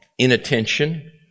inattention